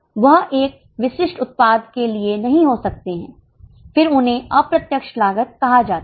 वह एक विशिष्ट उत्पाद के लिए नहीं हो सकते हैं फिर उन्हें अप्रत्यक्ष लागत कहा जाता है